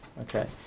Okay